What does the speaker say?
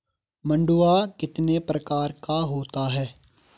मंडुआ कितने प्रकार का होता है?